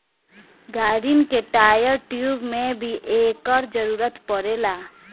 गाड़िन के tyre, tube में भी एकर जरूरत पड़ेला